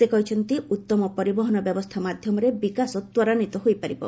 ସେ କହିଛନ୍ତି ଉତ୍ତମ ପରିବହନ ବ୍ୟବସ୍ଥା ମାଧ୍ୟମରେ ବିକାଶ ତ୍ୱରାନ୍ୱିତ ହୋଇପାରିବ